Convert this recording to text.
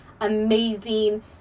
amazing